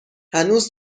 هنوز